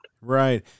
Right